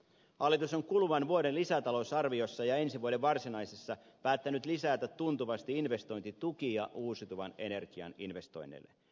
hallitus on kuluvan vuoden lisätalousarviossa ja ensi vuoden varsinaisessa päättänyt lisätä tuntuvasti investointitukia uusiutuvan energian investoinneille